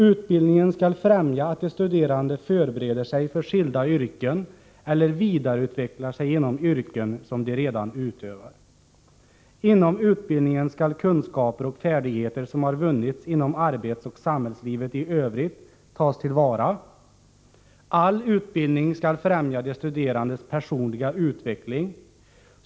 Utbildningen skall främja att de studerande förbereder sig för skilda yrken eller vidareutvecklar sig inom yrken som de redan utövar. Inom utbildningen skall kunskaper och färdigheter som har vunnits inom arbets och samhällslivet i övrigt tas till vara. All utbildning skall främja de studerandes personliga utveckling.